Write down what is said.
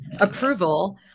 approval